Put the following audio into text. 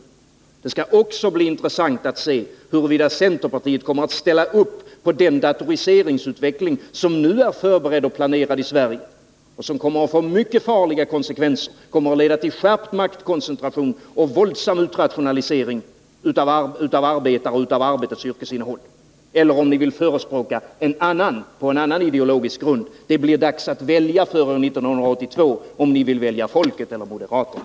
Det skall också bli intressant att se huruvida centerpartiet kommer att ställa upp på den datoriseringsutveckling som nu är förberedd och planerad i Sverige och som kommer att få mycket farliga konsekvenser, som kommer att leda till skärpt maktkoncentration och våldsam utrationalisering av arbetare och av arbetets yrkesinnehåll, eller om ni vill förespråka en annan ideologisk grund. Ni får bestämma er före 1982 om ni vill välja folket eller moderaterna.